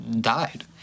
died